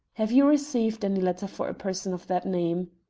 have you received any letters for a person of that name?